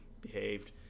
behaved